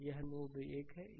यह नोड 1 है